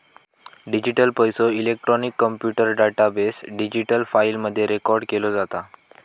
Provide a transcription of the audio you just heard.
digital पैसो, electronic computer database, digital फाईली मध्ये रेकॉर्ड केलो जाता